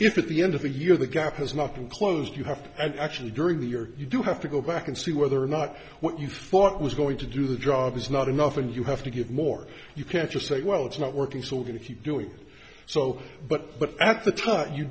if at the end of the year the gap has not been closed you have to actually during the year you do have to go back and see whether or not what you thought was going to do the job is not enough and you have to give more you can't just say well it's not working so we're going to keep doing so but at the time you